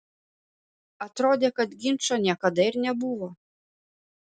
atrodė kad ginčo niekada ir nebuvo